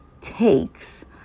takes